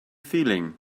feeling